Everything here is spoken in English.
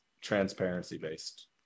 transparency-based